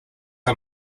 are